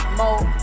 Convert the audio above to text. more